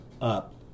up